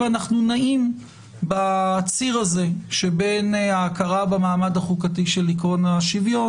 ואנחנו נעים בציר הזה שבין ההכרה במעמד החוקתי של עיקרון השוויון